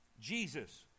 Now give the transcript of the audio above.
Jesus